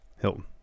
Hilton